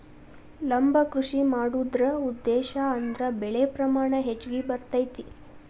ಲಂಬ ಕೃಷಿ ಮಾಡುದ್ರ ಉದ್ದೇಶಾ ಅಂದ್ರ ಬೆಳೆ ಪ್ರಮಾಣ ಹೆಚ್ಗಿ ಬರ್ತೈತಿ